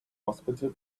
hospital